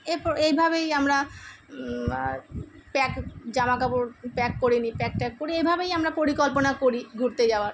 এরপর এইভাবেই আমরা প্যাক জামাকাপড় প্যাক করেই নিই প্যাক ট্যাক করে এভাবেই আমরা পরিকল্পনা করি ঘুরতে যাওয়ার